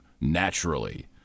naturally